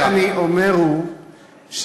מה שאני אומר הוא,